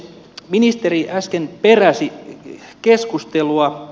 ministeri äsken peräsi keskustelua